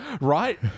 Right